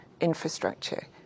infrastructure